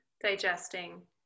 digesting